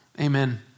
amen